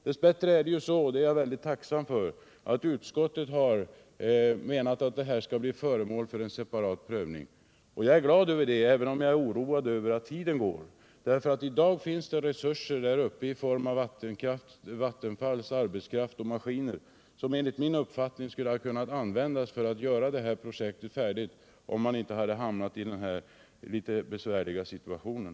Dess bättre är det så — och det är jag tacksam för — att utskottet ansett att denna fråga skall bli föremål för en separat prövning. Jag är alltså glad över detta, även om jag är oroad över att tiden går. I dag finns det nämligen resurser där uppe i form av Vattenfalls arbetskraft och maskiner som enligt min uppfattning skulle ha kunnat användas för att göra projektet färdigt, om man inte hade hamnat i den här litet besvärliga situationen.